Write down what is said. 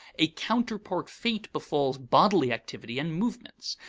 a counterpart fate befalls bodily activity and movements.